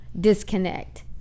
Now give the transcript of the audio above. disconnect